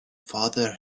father